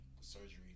surgery